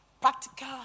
Practical